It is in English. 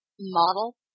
model